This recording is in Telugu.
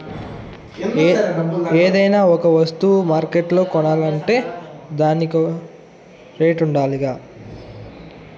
ఏదైనా ఒక వస్తువ మార్కెట్ల కొనాలంటే దానికో రేటుండాలిగా